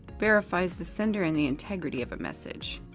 verifies the sender and the integrity of a message.